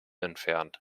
entfernt